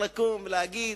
צריך לקום ולהגיד,